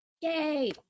Yay